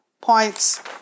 points